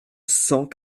cent